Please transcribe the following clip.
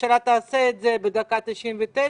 הממשלה תעשה את זה בדקה התשעים ותשע,